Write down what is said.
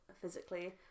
physically